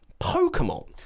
Pokemon